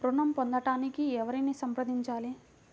ఋణం పొందటానికి ఎవరిని సంప్రదించాలి?